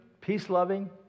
peace-loving